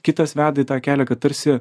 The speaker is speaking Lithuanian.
kitas veda į tą kelią kad tarsi